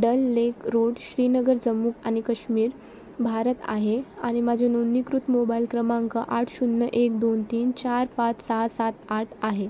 dull lake road Srinagar Jammu आणि कश्मीर भारत आहे आणि माझे नोंदणीकृत मोबाईल क्रमांक आठ शून्य एक दोन तीन चार पाच सहा सात आठ आहे